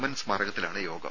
N സ്മാരകത്തിലാണ് യോഗം